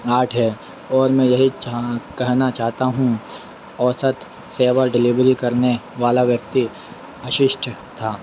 आठ है और मैं यही चाह कहना चाहता हूँ औसत सेवल डिलीवरी करने वाला व्यक्ति अशिष्ट था